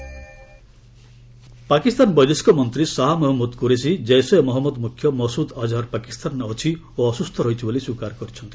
ପାକ୍ ଅଜ୍ହର୍ ପାକିସ୍ତାନ ବୈଦେଶିକ ମନ୍ତ୍ରୀ ଶହା ମହମ୍ମୁଦ୍ କୁରେସି ଜେସେ ମହମ୍ମଦ ମୁଖ୍ୟ ମସୁଦ ଅଜ୍ହର୍ ପାକିସ୍ତାନରେ ଅଛି ଓ ଅସୁସ୍ଥ ରହିଛି ବୋଲି ସ୍ୱୀକାର କରିଛନ୍ତି